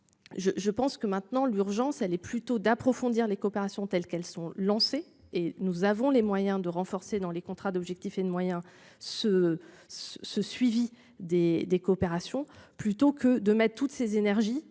je pense que maintenant, l'urgence elle est plutôt d'approfondir les coopérations telles qu'elles sont lancées et nous avons les moyens de renforcer dans les contrats d'objectifs et de moyens ce. Ce suivi des, des coopérations plutôt que de mettre toutes ses énergies